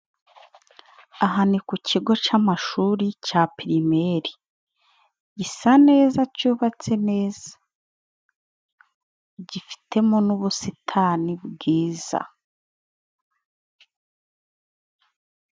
Aha ni ku kigo cy'amashuri ca pirimeri. Gisa neza cubatse neza, gifitemo n'ubusitani bwiza.